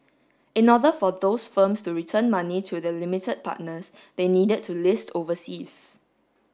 in other for those firms to return money to their limited partners they needed to list overseas